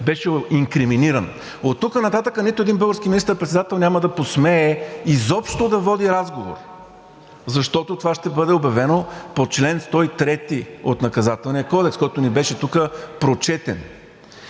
беше инкриминиран. Оттук нататък нито един български министър-председател няма да посмее изобщо да води разговор, защото това ще бъде обявено по чл. 103 от Наказателния кодекс, който ни беше прочетен